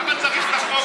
אבל למה צריך את החוק?